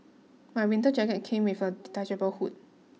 my winter jacket came with a detachable hood